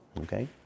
Okay